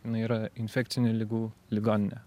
jinai yra infekcinių ligų ligoninė